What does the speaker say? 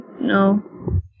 No